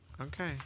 Okay